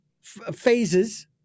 phases